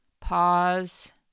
pause